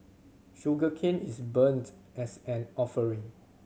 sugarcane is burnt as an offering